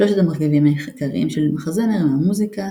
שלושת המרכיבים העיקריים של מחזמר הם המוזיקה,